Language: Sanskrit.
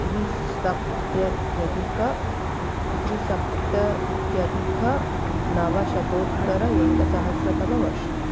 द्विसप्तत्यधिक द्विसप्तत्यधिकनवशतोत्तर एकसहस्रतमवर्षम्